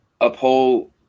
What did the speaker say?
uphold